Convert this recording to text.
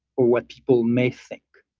or what people may think.